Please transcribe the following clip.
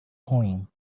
ruim